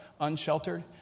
unsheltered